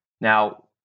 Now